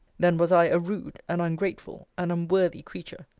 then was i a rude, an ungrateful, and unworthy creature.